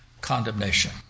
condemnation